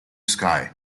sky